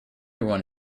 one